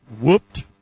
Whooped